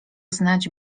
znać